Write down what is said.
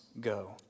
go